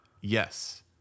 Yes